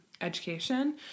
education